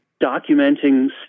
documenting